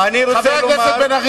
אני רוצה לומר: אין,